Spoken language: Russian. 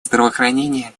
здравоохранения